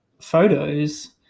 photos